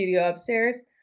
upstairs